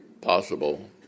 possible